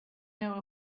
know